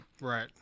Right